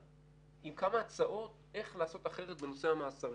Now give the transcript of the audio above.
עם כמה הצעות איך לעשות אחרת בנושא המאסרים